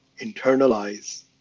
internalize